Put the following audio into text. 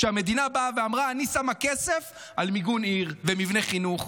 שהמדינה באה ואמרה: אני שמה כסף על מיגון עיר ומבני חינוך.